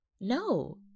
No